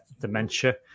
dementia